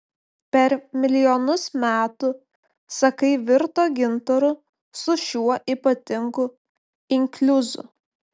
per milijonus metų sakai virto gintaru su šiuo ypatingu inkliuzu